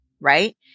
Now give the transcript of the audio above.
right